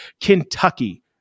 Kentucky